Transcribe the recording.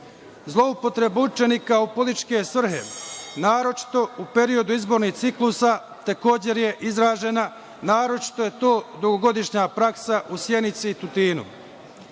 Zloupotreba učenika u političke svrhe, naročito u periodu izbornih ciklusa, takođe je izražena, naročito je to dugogodišnja praksa u Sjenici i Tutinu. Kako